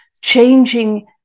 changing